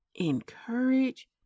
Encourage